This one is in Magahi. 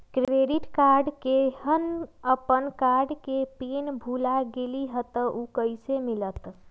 क्रेडिट कार्ड केहन अपन कार्ड के पिन भुला गेलि ह त उ कईसे मिलत?